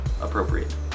appropriate